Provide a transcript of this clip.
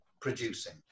producing